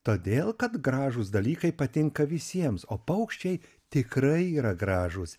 todėl kad gražūs dalykai patinka visiems o paukščiai tikrai yra gražūs